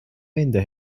wände